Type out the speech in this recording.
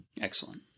Excellent